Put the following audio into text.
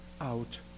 out